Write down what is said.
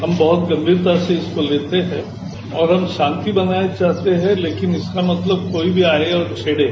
हम बहुत गंभीरता से इसको लेते है और हम शांति बनाये रखना चाहते हैं लेकिन इसका मतलब कोई भी आए और छेड़े